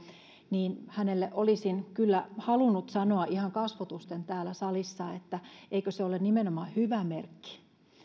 niin hänelle olisin kyllä halunnut sanoa ihan kasvotusten täällä salissa että eikö se ole nimenomaan hyvä merkki